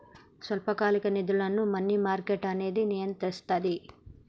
స్వల్పకాలిక నిధులను money market అనేది నియంత్రిస్తది